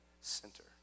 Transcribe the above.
center